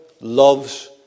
loves